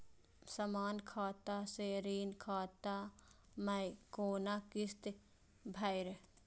समान खाता से ऋण खाता मैं कोना किस्त भैर?